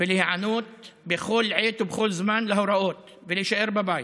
ולהיענות בכל עת ובכל זמן להוראות ולהישאר בבית,